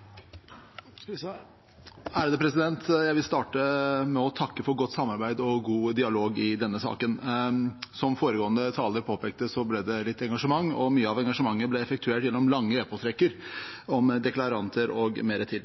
mye av engasjementet ble effektuert gjennom lange e-postrekker om deklaranter og mer til.